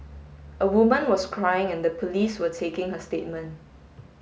a woman was crying and the police were taking her statement